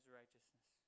righteousness